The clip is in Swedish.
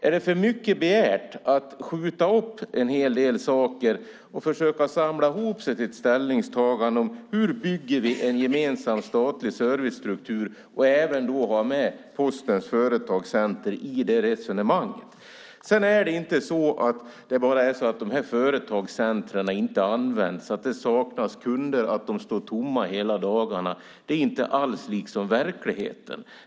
Är det för mycket begärt att skjuta upp en hel del saker och försöka samla ihop sig till ett ställningstagande om hur vi bygger en gemensam statlig servicestruktur och även ha med Postens företagscenter i det resonemanget? Sedan är det inte så att företagscentren inte används, att det saknas kunder och att de står tomma hela dagarna. Det är inte alls verkligheten.